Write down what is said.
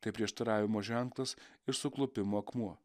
tai prieštaravimo ženklas ir suklupimo akmuo